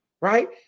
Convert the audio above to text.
right